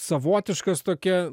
savotiškas tokia